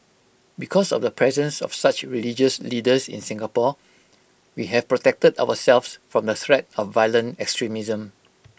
because of the presence of such religious leaders in Singapore we have protected ourselves from the threat of violent extremism